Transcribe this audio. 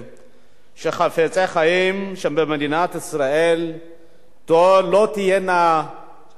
שהם חפצי חיים, שבמדינת ישראל לא תהיה גזענות